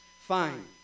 fine